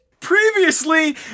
Previously